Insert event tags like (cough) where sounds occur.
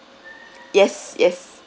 (noise) yes yes